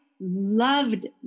loved